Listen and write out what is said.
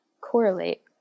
correlate